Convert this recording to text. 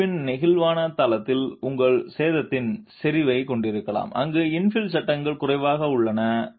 கட்டமைப்பின் நெகிழ்வான தளத்தில் நீங்கள் சேதத்தின் செறிவைக் கொண்டிருக்கலாம் அங்கு இன்ஃபில் சட்டங்கள் குறைவாக உள்ளன